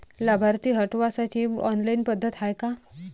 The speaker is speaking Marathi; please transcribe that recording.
लाभार्थी हटवासाठी ऑनलाईन पद्धत हाय का?